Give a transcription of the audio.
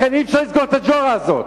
לכן אי-אפשר לסגור את הג'ורה הזאת.